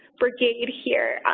brigade here,